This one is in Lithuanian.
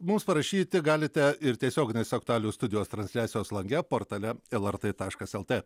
mums parašyti galite ir tiesioginės aktualijų studijos transliacijos lange portale lrt taškas lt